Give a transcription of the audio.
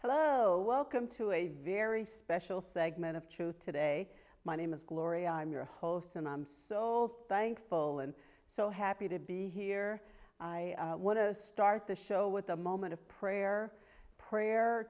hello welcome to a very special segment of truth today my name is gloria i'm your host and i'm so thankful and so happy to be here i want to start the show with a moment of prayer prayer